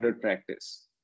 practice